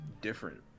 different